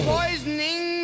Poisoning